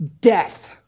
death